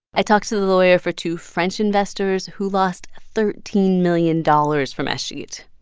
i talked to the lawyer for two french investors who lost thirteen million dollars from escheat.